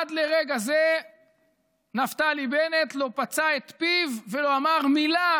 עד לרגע זה נפתלי בנט לא פצה את פיו ולא אמר מילה